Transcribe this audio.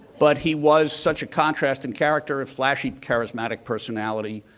but he was such a contrast in character, ah flashy, charismatic personality,